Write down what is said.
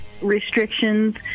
restrictions